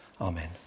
Amen